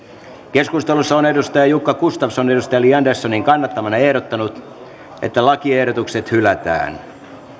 keskustelussa on jukka gustafsson li anderssonin kannattamana ehdottanut että lakiehdotukset hylätään